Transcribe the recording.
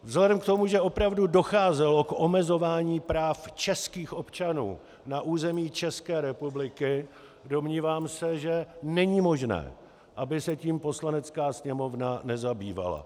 Vzhledem k tomu, že opravdu docházelo k omezování práv českých občanů na území České republiky, domnívám se, že není možné, aby se tím Poslanecké sněmovna nezabývala.